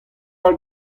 all